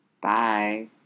Bye